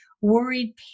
worried